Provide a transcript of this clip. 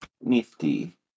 Nifty